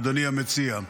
אדוני המציע,